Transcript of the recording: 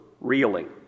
reeling